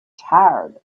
charred